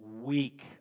week